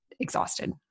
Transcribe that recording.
Exhausted